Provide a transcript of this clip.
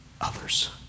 others